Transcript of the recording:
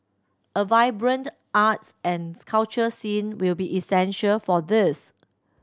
a vibrant arts and culture scene will be essential for this